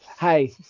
Hey